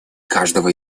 каждого